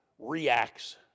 reacts